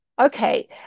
okay